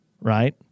right